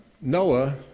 Noah